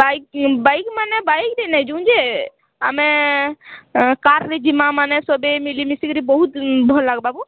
bike bike ମାନେ ବାଇକ୍ରେ ନାଇ ଯାଉଁ ଯେ ଆମେ କାର୍ରେ ଯିମା ମାନେ ସଭେ ମିଲିମିଶି କରି ବହୁତ୍ ଭଲ୍ ଲାଗ୍ବା ବୋ